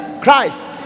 Christ